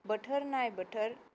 बोथोर नाय बोथोर